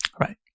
Right